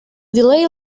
delay